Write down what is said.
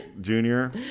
Junior